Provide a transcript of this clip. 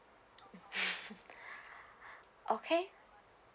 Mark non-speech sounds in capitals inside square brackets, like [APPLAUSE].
[LAUGHS] [BREATH] okay